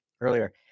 earlier